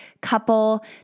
couple